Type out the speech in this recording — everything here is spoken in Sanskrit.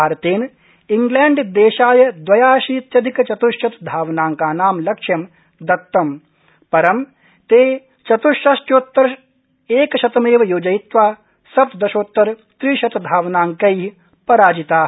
भारतेन इंग्लैण्ड देशाय दवयाशीत्यधिकचत्श्शत धावनांकानां लक्ष्यं दत्तम् परं ते चत्ष्षष्ट्योत्तरैक शतमेव योजयित्वा सप्तदशोत्तरत्रिशतधावनांकै पराजिता